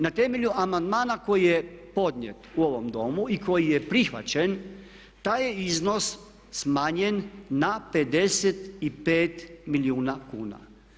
Na temelju amandmana koji je podnijet u ovom Domu i koji je prihvaćen taj iznos smanjen na 55 milijuna kuna.